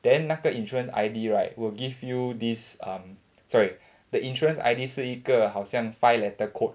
then 那个 insurance I_D right will give you this um sorry the insurance I_D 是一个好像 five letter code